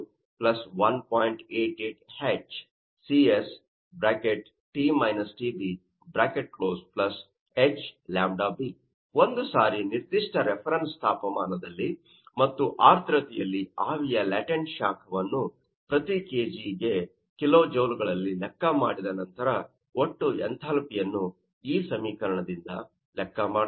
88H Cs T − Tb H λb ಒಂದು ಸಾರಿ ನಿರ್ಧಿಷ್ಟ ರೆಫರನ್ಸ್ ತಾಪಮಾನದಲ್ಲಿ ಮತ್ತು ಆರ್ದ್ರತೆಯಲ್ಲಿ ಆವಿಯ ಲ್ಯಾಟೆಂಟ್ ಶಾಖವನ್ನು ಪ್ತತಿ ಕೆಜಿ ಗೆ ಕಿಲೋ ಜೌಲ್ ಗಳಲ್ಲಿ ಲೆಕ್ಕ ಮಾಡಿದ ನಂತರ ಒಟ್ಟು ಎಂಥಾಲ್ಪಿಯನ್ನು ಈ ಸಮೀಕರಣದಿಂದ ಲೆಕ್ಕಮಾಡಬಹುದು